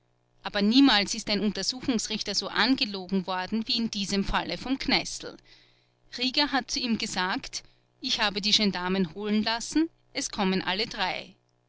aber niemals ist ein untersuchungsrichter so angelogen worden wie in diesem falle von kneißl rieger habe zu ihm gesagt ich habe die gendarmen holen lassen es kommen alle drei